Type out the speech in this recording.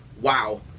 wow